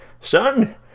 Son